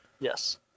yes